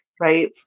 right